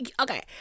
okay